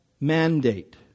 mandate